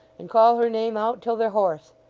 and call her name out till they're hoarse.